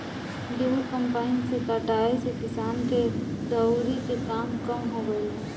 गेंहू कम्पाईन से कटाए से किसान के दौवरी के काम कम हो गईल बा